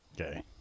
Okay